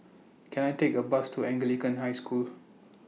Can I Take A Bus to Anglican High School